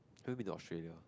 have you been to Australia